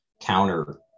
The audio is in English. counter